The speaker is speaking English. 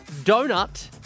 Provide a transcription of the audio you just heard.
Donut